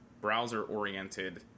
browser-oriented